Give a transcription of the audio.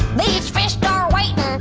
these fists are waitin'.